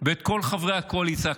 ואת כל חברי הקואליציה,